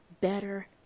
better